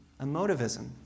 Emotivism